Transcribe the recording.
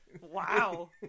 Wow